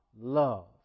love